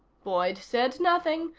boyd said nothing,